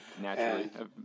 naturally